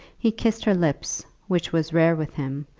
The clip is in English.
he kissed her lips, which was rare with him,